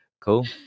cool